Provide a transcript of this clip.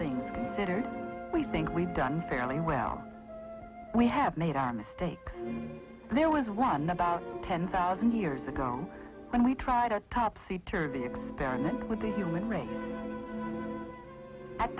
things that are we think we've done fairly well we have made our mistakes there was one about ten thousand years ago when we tried our topsy turvy experiment with the human race at